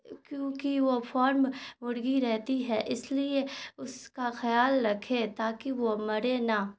کیونکہ وہ فارم مرغی رہتی ہے اس لیے اس کا خیال رکھے تاکہ وہ مرے نہ